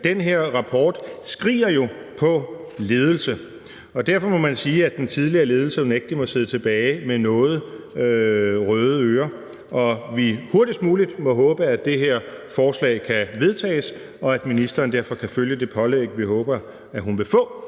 den her rapport skriger jo på ledelse. Derfor må man sige, at den tidligere ledelse unægtelig må sidde tilbage med noget røde ører. Vi må håbe, at det her forslag hurtigst muligt kan vedtages, og at ministeren derfor kan følge det pålæg, vi håber hun vil få,